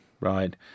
right